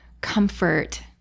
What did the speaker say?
comfort